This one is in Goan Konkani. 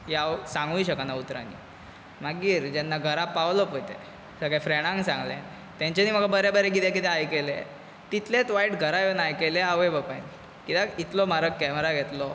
की हांव सांगूंक शकना उतरांनी मागीर जेन्ना घरा पावलो पय तेन्ना सगळ्या फ्रेंडांक सांगलें तेंच्यांनी म्हाका बरें बरें कितें कितें आयकयलें तितलेंच वायट घरा येवन आयकयलें आवय बापायन कित्याक इतलो म्हारग केमेरा घेतलो